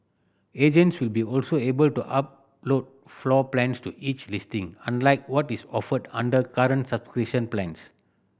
agents will be also able to upload floor plans to each listing unlike what is offered under current subscription plans